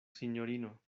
sinjorino